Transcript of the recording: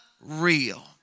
real